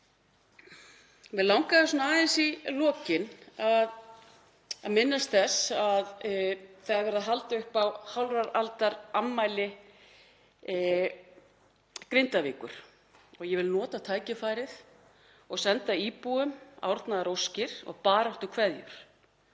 Mig langaði svona aðeins í lokin að minnast þess að það er verið að halda upp á hálfrar aldar afmæli Grindavíkur og ég vil nota tækifærið og senda íbúum árnaðaróskir og baráttukveðjur.